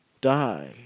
die